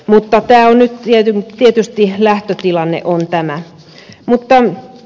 mutta nyt tietysti lähtötilanne on tämä